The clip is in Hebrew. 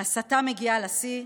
ההסתה מגיעה לשיא,